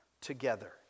together